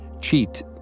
cheat